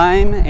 Time